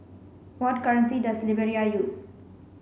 what currency does Liberia use